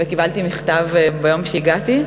וקיבלתי מכתב ביום שהגעתי: